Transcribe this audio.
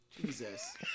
Jesus